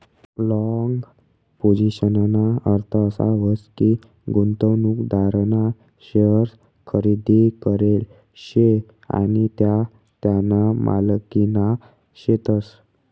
long पोझिशनना अर्थ असा व्हस की, गुंतवणूकदारना शेअर्स खरेदी करेल शे आणि त्या त्याना मालकीना शेतस